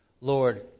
Lord